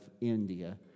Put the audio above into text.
India